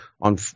on